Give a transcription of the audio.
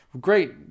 Great